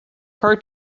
her